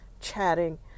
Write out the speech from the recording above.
chatting